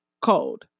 cold